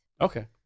Okay